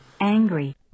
Angry